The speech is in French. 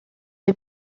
des